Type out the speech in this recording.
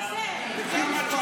ואני לא מקבל אותה.